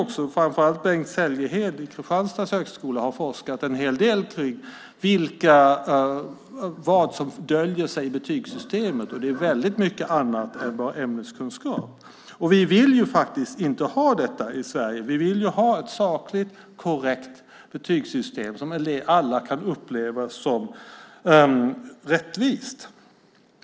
Bengt Selghed vid Kristianstads högskola har forskat en hel del kring vad som döljer sig i betygssystemet. Det är väldigt mycket annat än bara ämneskunskap. Vi vill inte ha detta i Sverige. Vi vill ha ett sakligt och korrekt betygssystem som alla kan uppleva som rättvist.